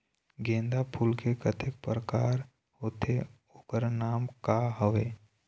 गेंदा फूल के कतेक प्रकार होथे ओकर नाम का हवे?